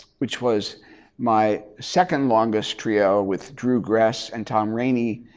which was my second longest trio with drew grass and tom rainey.